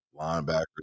Linebackers